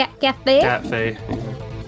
cafe